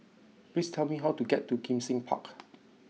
please tell me how to get to Kim Seng Park